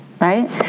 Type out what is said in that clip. right